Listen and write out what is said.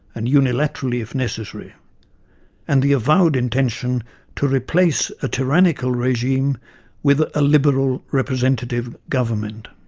and unilaterally if necessary and the avowed intention to replace a tyrannical regime with a liberal representative government.